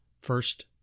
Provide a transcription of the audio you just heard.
first